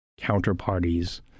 counterparties